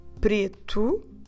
Preto